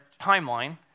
timeline